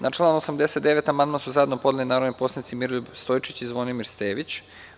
Na član 89. amandman su zajedno podneli narodni poslanici Miroljub Stojčić i Zvonimir Stević.